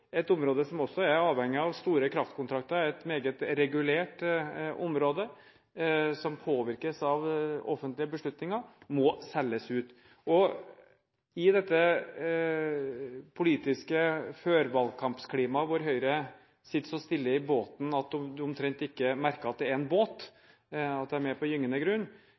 et område der en også er avhengig av store kraftkontrakter – et meget regulert område som påvirkes av offentlige beslutninger – må selges ut. I dette politiske førvalgskampklimaet – der Høyre sitter så stille i båten at man omtrent ikke merker at det er en båt og at man er på gyngende grunn